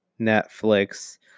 Netflix